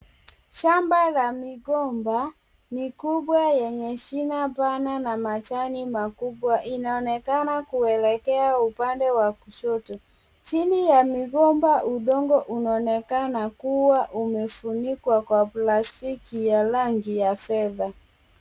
Shamba la migomba ni kubwa yenye shina pana na majani makubwa inaonekana kuelekea upande wa kushoto. Chini ya migomba udongo unaonekana kuwa umefunikwa kwa plastiki ya rangi ya fedha.